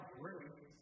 grace